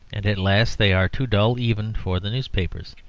and at last they are too dull even for the newspapers.